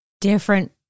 different